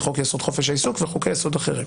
חוק-יסוד: חופש העיסוק וחוקי יסוד אחרים.